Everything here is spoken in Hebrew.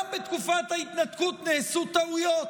גם בתקופת ההתנתקות נעשו טעויות,